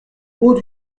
hauts